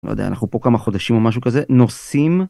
לא יודע, אנחנו פה כמה חודשים או משהו כזה, נוסעים.